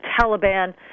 Taliban